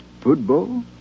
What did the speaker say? Football